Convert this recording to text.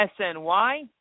SNY